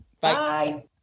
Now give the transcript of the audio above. Bye